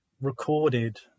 recorded